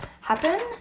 happen